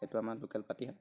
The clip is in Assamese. সেইটো আমাৰ লোকেল পাতিহাঁহ